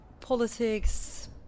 politics